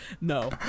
no